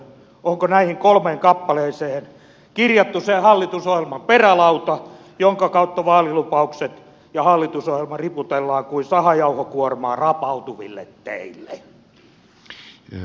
onko näihin kolmeen kappaleeseen kirjattu se hallitusohjelman perälauta jonka kautta vaalilupaukset ja hallitusohjelma riputellaan kuin sahajauhokuorma rapautuville teille